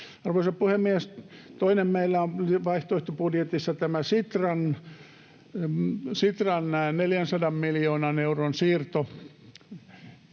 Arvoisa puhemies! Toinen asia meillä vaihtoehtobudjetissa on tämä Sitran 400 miljoonan euron siirto